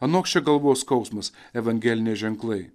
anoks čia galvos skausmas evangeliniai ženklai